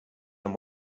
amb